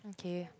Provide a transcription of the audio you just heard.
okay